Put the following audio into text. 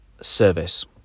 service